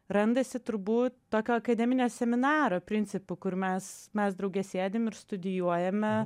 randasi turbūt tokio akademinio seminaro principu kur mes mes drauge sėdim ir studijuojame